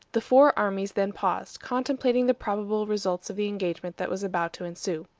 the four armies then paused, contemplating the probable results of the engagement that was about to ensue.